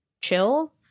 chill